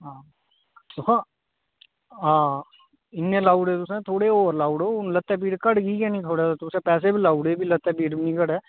हां दिक्खो हां आं इन्ने लाई ओड़े तुसें थोड़े होर लाई ओड़ो हून लत्तै पीड़ घट गी गै नी थुआड़े ते तुसें पैसे बी लाई ओड़े फ्ही लत्तै पीड़ बी निं घटै